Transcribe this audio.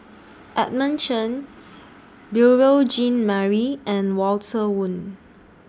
Edmund Chen Beurel Jean Marie and Walter Woon